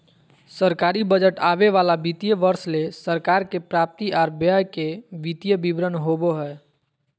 सरकारी बजट आवे वाला वित्तीय वर्ष ले सरकार के प्राप्ति आर व्यय के वित्तीय विवरण होबो हय